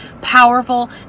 powerful